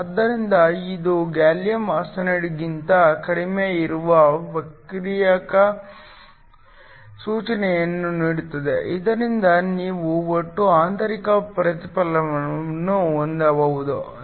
ಆದ್ದರಿಂದ ಇದು ಗ್ಯಾಲಿಯಂ ಆರ್ಸೆನೈಡ್ಗಿಂತ ಕಡಿಮೆ ಇರುವ ವಕ್ರೀಕಾರಕ ಸೂಚಿಯನ್ನು ನೀಡುತ್ತದೆ ಇದರಿಂದ ನೀವು ಒಟ್ಟು ಆಂತರಿಕ ಪ್ರತಿಫಲನವನ್ನು ಹೊಂದಬಹುದು